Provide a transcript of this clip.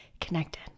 connected